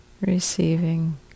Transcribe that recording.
receiving